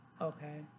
Okay